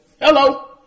Hello